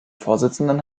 vorsitzenden